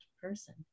person